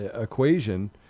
equation